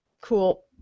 cool